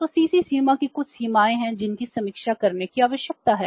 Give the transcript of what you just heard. तो CC सीमा की कुछ सीमाएँ हैं जिनकी समीक्षा करने की आवश्यकता है